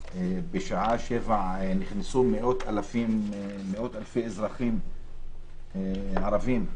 בשעה 7:00 נכנסו מאות אלפי אזרחים ערבים,